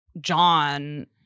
John